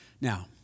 Now